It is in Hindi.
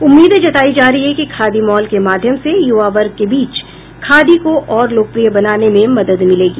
उम्मीद जतायी जा रही है कि खादी मॉल के माध्यम से युवा वर्ग के बीच खादी को और लोकप्रिय बनाने में मदद मिलेगी